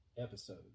episode